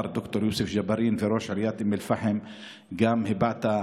ד"ר יוסף ג'בארין וראש עיריית אום אל-פחם הבעת את